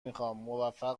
میخوامموفق